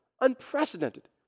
unprecedented